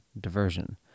diversion